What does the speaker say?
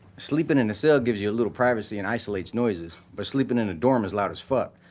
sleeping in a cell gives you a little privacy and isolates noises. but sleeping in a dorm as loud as fuck.